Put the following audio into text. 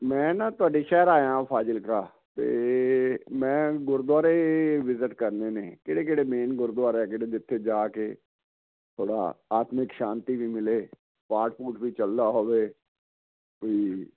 ਮੈਂ ਨਾ ਤੁਹਾਡੇ ਸ਼ਹਿਰ ਆਇਆ ਫਾਜਲਕਾ ਤੇ ਮੈਂ ਗੁਰਦੁਆਰੇ ਵਿਜਿਟ ਕਰਨੇ ਨੇ ਕਿਹੜੇ ਕਿਹੜੇ ਮੇਨ ਗੁਰਦੁਆਰਾ ਕਿਹੜੇ ਜਿੱਥੇ ਜਾ ਕੇ ਉਹਦਾ ਆਤਮਿਕ ਸ਼ਾਂਤੀ ਵੀ ਮਿਲੇ ਪਾਠ ਪੂਠ ਵੀ ਚਲਦਾ ਹੋਵੇ ਕੋਈ